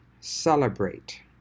celebrate